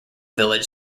village